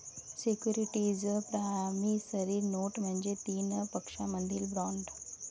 securities promissory note म्हणजे तीन पक्षांमधील बॉण्ड